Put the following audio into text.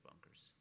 bunkers